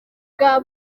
bwa